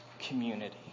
community